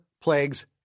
plagues